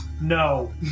No